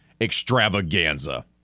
extravaganza